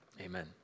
amen